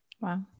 Wow